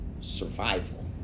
survival